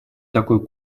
такой